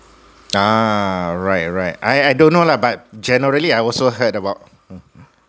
ah right right I I don't know lah but generally I also heard about